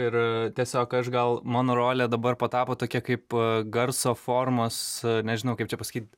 ir tiesiog aš gal mano rolė dabar patapo tokia kaip garso formos nežinau kaip čia pasakyt